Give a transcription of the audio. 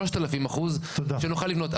3,000% שנוכל לבנות.